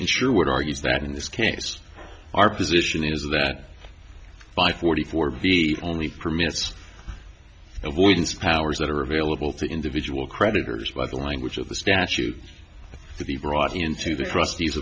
and sure would argue that in this case our position is that by forty four b only permits avoidance powers that are available to individual creditors by the language of the statute to be brought into the trust